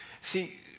See